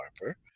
Harper